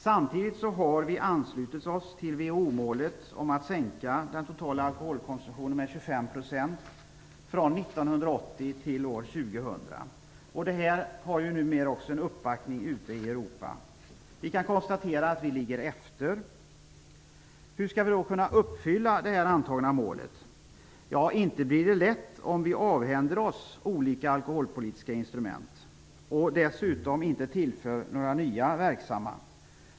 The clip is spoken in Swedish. Samtidigt har vi anslutit oss till WHO-målet om att sänka den totala alkoholkonsumtionen med 25 % från 1980 till år 2000. Detta har numera också en uppbackning ute i Europa. Vi kan konstatera att vi ligger efter. Hur skall vi då kunna uppfylla det antagna målet? Ja, inte blir det lätt om vi avhänder oss olika alkoholpolitiska instrument och dessutom inte tillför några nya verksamma.